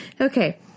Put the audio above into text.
Okay